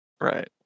Right